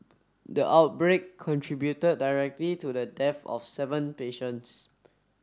the outbreak contributed directly to the death of seven patients